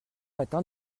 matin